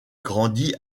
grandit